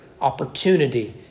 opportunity